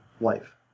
life